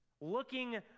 looking